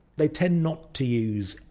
they tend not to use!